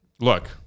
look